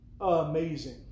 amazing